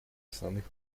основных